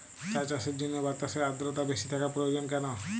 চা চাষের জন্য বাতাসে আর্দ্রতা বেশি থাকা প্রয়োজন কেন?